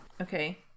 okay